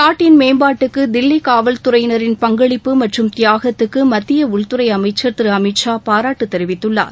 நாட்டின் மேம்பாட்டுக்கு தில்லி காவல்துறையினரின் பங்களிப்பு மற்றும் தியாகத்துக்கு மத்திய உள்துறை அமைச்சர் திரு அமித் ஷா பாராட்டு தெரிவித்துள்ளார்